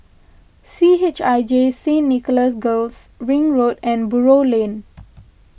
C H I J Saint Nicholas Girls Ring Road and Buroh Lane